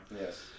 Yes